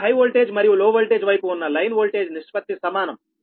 కనుక high voltage మరియు low voltage వైపు ఉన్న లైన్ ఓల్టేజి నిష్పత్తి సమానం